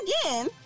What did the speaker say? again